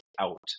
out